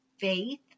Faith